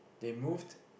they moved